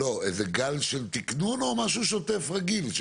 זה גל של תיקנון או משהו שוטף רגיל?